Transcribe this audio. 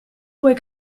puoi